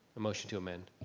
a motion to amend.